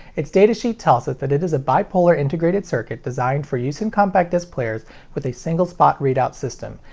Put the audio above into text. its data sheet tells us that it is a bipolar integrated circuit designed for use in compact disc players with a single spot read-out system.